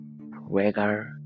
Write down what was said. regard